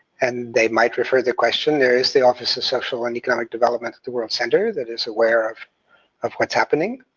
and they might refer the question. there is the office of social and economic development at the world center, that is aware of of what's happening,